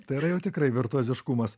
tai yra jau tikrai virtuoziškumas